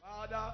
Father